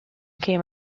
came